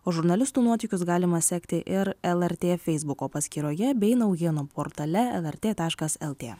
o žurnalistų nuotykius galima sekti ir lrt feisbuko paskyroje bei naujienų portale lrt taškas lt